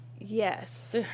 Yes